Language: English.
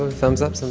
and thumbs up, so